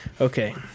okay